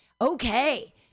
Okay